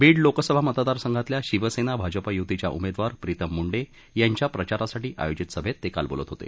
बीड लोकसभा मतदारसंघातल्या शिवसेना भाजप युतीच्या उमेदवार प्रीतम मुंडे यांच्या प्रचारासाठी आयोजित सभेत ते काल बोलत होते